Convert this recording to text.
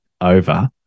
over